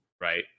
right